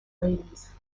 ladies